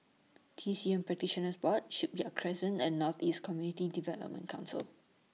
T C M Practitioners Board Shipyard Crescent and North East Community Development Council